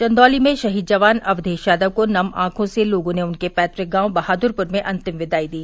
चन्दौली में शहीद जवान अक्षेश यादव को नम आंखों से लोगों ने उनके पैतक गांव बहाद्रपुर में अंतिम विदाई दी